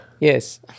Yes